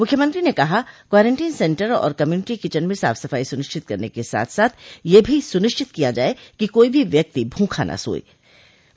मुख्यमंत्री ने कहा क्वारंटीन सेन्टर और कम्यूनिटी किचन में साफ सफाई सुनिश्चित करने के साथ साथ यह भी सुनिश्चित किया जाये कि कोई भी व्यक्ति भूखा न सोने पाये